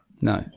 no